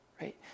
right